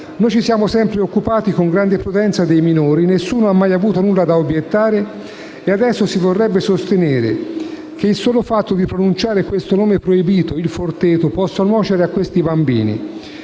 Noi ci siamo sempre occupati con grande prudenza dei minori, nessuno ha mai avuto nulla da obiettare e adesso si vorrebbe sostenere che il solo fatto di pronunciare questo nome proibito, Il Forteto, possa nuocere a questi bambini